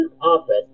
office